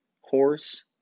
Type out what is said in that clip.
horse